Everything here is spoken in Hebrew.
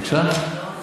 בבקשה.